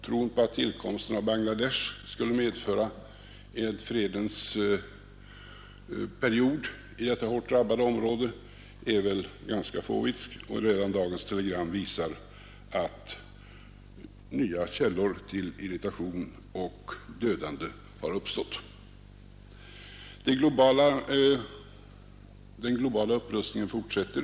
Tron på att tillkomsten av Bangladesh skulle medföra en fredens period i detta hårt drabbade område är väl ganska fåvitsk, och redan dagens telegram visar att nya källor till dödande har uppstått. Den globala upprustningen fortsätter.